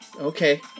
Okay